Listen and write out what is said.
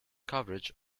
coverage